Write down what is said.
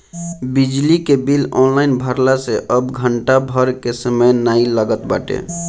बिजली के bill online भरला से अब घंटा भर के समय नाइ लागत बाटे